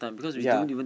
ya